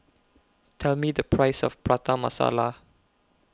Tell Me The Price of Prata Masala